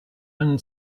own